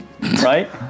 Right